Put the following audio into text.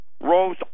rose